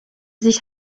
sich